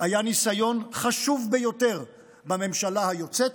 שהיה ניסיון חשוב ביותר בממשלה היוצאת,